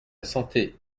santé